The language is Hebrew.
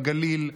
בגליל,